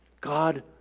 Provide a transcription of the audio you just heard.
God